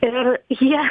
ir jie